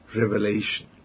revelation